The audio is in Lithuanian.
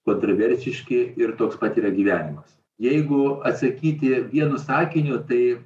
kontroversiški ir toks pat yra gyvenimas jeigu atsakyti vienu sakiniu tai